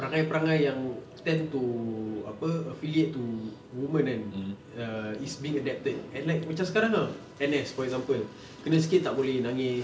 perangai-perangai yang tend to apa affiliate to women kan err it's being adapted and like macam sekarang ah N_S for example kena sikit tak boleh nangis